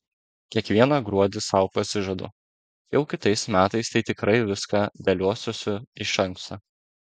kiekvieną gruodį sau pasižadu jau kitais metais tai tikrai viską dėliosiuosi iš anksto